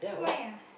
why ah